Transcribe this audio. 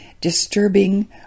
disturbing